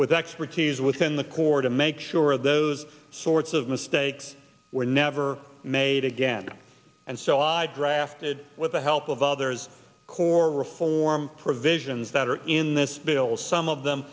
with expertise within the corps to make sure those sorts of mistakes were never made again and so i drafted with the help of others core reform provisions that are in this bill some of them